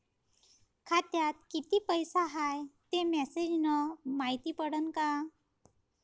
खात्यात किती पैसा हाय ते मेसेज न मायती पडन का?